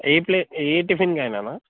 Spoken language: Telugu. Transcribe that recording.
ఏ ప్లే ఏ టిఫిన్కి అయినా నా